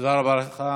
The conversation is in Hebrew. תודה רבה לך.